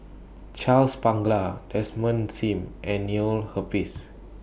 Charles Paglar Desmond SIM and Neil Humphreys